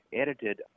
edited